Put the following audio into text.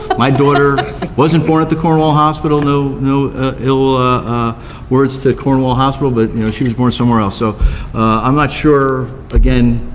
my daughter wasn't born at the cornwall hospital, no no ill ah words to cornwall hospital, but she was born somewhere else, so i'm not sure, again,